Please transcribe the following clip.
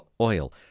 oil